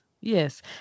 Yes